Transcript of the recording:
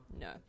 No